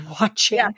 watching